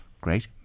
Great